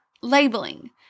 labeling